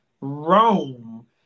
Rome